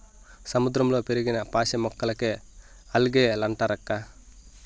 సముద్రంలో పెరిగిన పాసి మొక్కలకే ఆల్గే లంటారక్కా